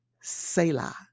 selah